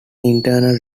internal